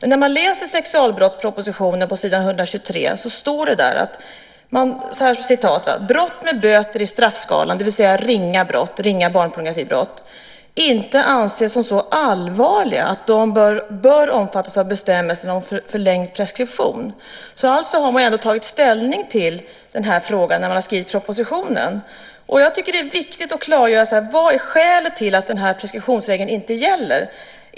När man läser i sexualbrottspropositionen på s. 123 står det där "att brott med böter i straffskalan inte anses som så allvarliga att de bör omfattas av bestämmelsen om förlängd preskriptionstid". Det gäller alltså ringa barnpornografibrott. Man har alltså ändå tagit ställning till den här frågan när man har skrivit propositionen. Jag tycker att det är viktigt att klargöra vad som är skälet till att den här preskriptionsregeln inte gäller.